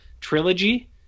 trilogy